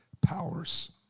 powers